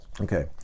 Okay